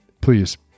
please